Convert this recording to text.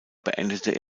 beendete